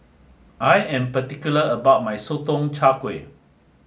I am particular about my Sotong Char Kway